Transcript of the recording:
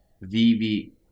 vivi